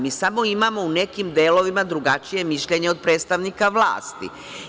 Mi samo imamo u nekim delovima drugačije mišljenje od predstavnika vlasti.